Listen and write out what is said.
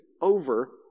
over